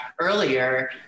earlier